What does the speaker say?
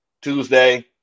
tuesday